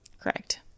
Correct